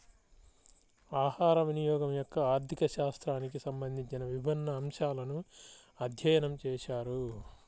ఆహారవినియోగం యొక్క ఆర్థిక శాస్త్రానికి సంబంధించిన విభిన్న అంశాలను అధ్యయనం చేశారు